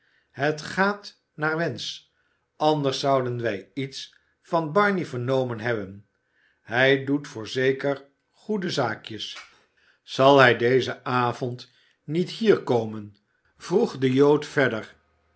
het gaat naar wensch anders zouden wij iets van barney vernomen hebben hij doet voorzeker goede zaakjes zal hij dezen avond niet hier komen vroeg de jood verder